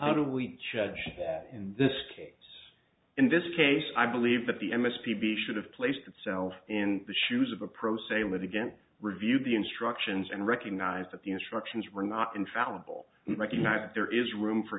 how do we judge in this case in this case i believe that the m s p b should have placed itself in the shoes of a pro se litigant reviewed the instructions and recognized that the instructions were not infallible recognize that there is room for